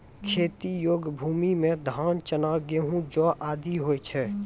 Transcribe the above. खेती योग्य भूमि म धान, चना, गेंहू, जौ आदि होय छै